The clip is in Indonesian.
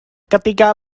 ketika